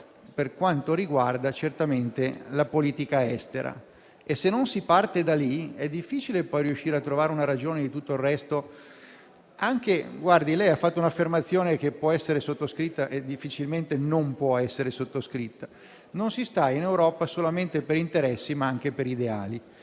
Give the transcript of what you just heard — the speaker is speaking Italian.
per quanto riguarda la politica estera. Se non si parte da lì, è difficile poi riuscire a trovare una ragione di tutto il resto. Lei ha fatto un'affermazione che può essere sottoscritta (difficilmente non può esserlo): non si sta in Europa solamente per interessi, ma anche per ideali.